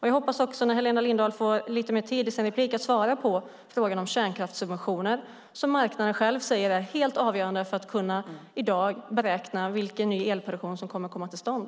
Jag hoppas också att Helena Lindahl i sin nästa replik svarar på frågan om kärnkraftssubventioner, som marknaden själv säger är helt avgörande för att i dag beräkna vilken ny elproduktion som kommer att komma till stånd.